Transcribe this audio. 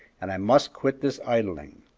and i must quit this idling.